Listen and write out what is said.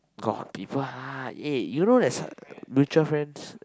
got people lah eh you know there's a mutual friends